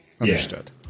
Understood